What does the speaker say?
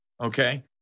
okay